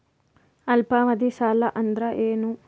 ಅಲ್ಪಾವಧಿ ಸಾಲ ಅಂದ್ರ ಏನು?